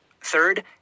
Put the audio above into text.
third